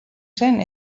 zen